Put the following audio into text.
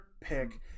pick